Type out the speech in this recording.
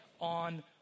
on